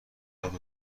زرد